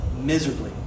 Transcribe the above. miserably